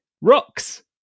Rocks